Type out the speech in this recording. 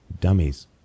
dummies